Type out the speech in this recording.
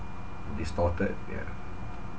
distorted yeah